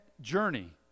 journey